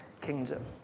kingdom